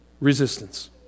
resistance